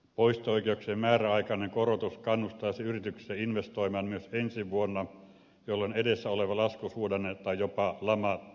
poisto oikeuksien määräaikainen korotus kannustaisi yrityksiä investoimaan myös ensi vuonna jolloin edessä oleva laskusuhdanne tai jopa lama tasoittuisi